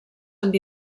amb